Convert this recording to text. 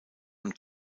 und